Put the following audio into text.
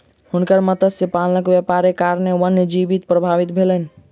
हुनकर मत्स्य पालनक व्यापारक कारणेँ वन्य जीवन प्रभावित भेलैन